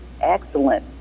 excellent